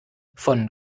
von